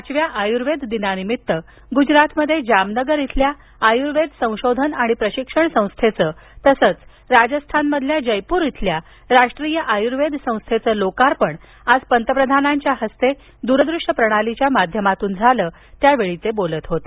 पाचव्या आयुर्वेद दिनानिमित्त गुजरातमध्ये जामनगर इथल्या आयुर्वेद संशोधन आणि प्रशिक्षण संस्थेचं तसंच राजस्थानातल्या जयपूर इथल्या राष्ट्रीय आयुर्वेद संस्थेचं लोकार्पण आज पंतप्रधानांच्या हस्ते दूरदृष्य प्रणालीच्या माध्यमातून झालं त्यावेळी ते बोलत होते